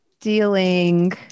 Dealing